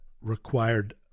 required